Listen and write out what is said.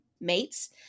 mates